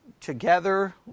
together